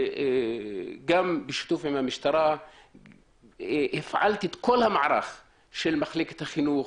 גם בשיתוף עם המשטרה הפעלתי את כל המערך של מחלקת החינוך,